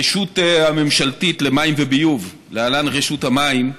הרשות הממשלתית למים וביוב, להלן: רשות המים,